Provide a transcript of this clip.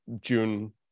June